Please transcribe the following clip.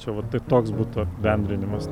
čia va tai toks būtų apibendrinimas